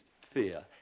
fear